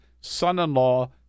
son-in-law